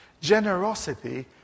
Generosity